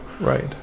Right